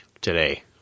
today